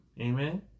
Amen